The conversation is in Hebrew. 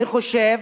אני חושב